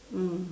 mm